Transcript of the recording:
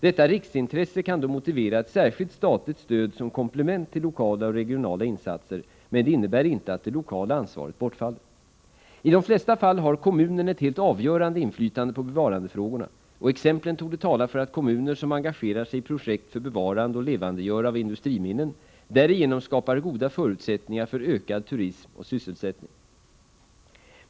Detta riksintresse kan då motivera ett särskilt statligt stöd som komplement till Jokala och regionala insatser, men det innebär inte att det lokala ansvaret I de flesta fall har kommunen ett helt avgörande inflytande på bevarandefrågorna, och exemplen torde tala för att kommuner som engagerar sig i projekt för bevarande och levandegörande av industriminnen därigenom skapar goda förutsättningar för ökad turism och sysselsättning.